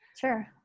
Sure